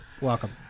Welcome